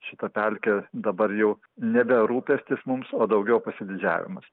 šita pelkė dabar jau nebe rūpestis mums o daugiau pasididžiavimas